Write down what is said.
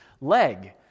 leg